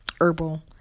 herbal